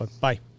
bye